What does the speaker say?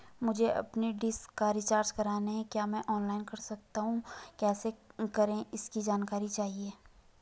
मुझे अपनी डिश का रिचार्ज करना है क्या मैं ऑनलाइन कर सकता हूँ कैसे करें इसकी जानकारी चाहिए?